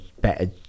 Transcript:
better